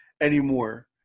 anymore